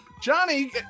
Johnny